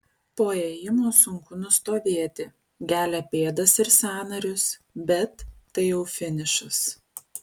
po ėjimo sunku nustovėti gelia pėdas ir sąnarius bet tai jau finišas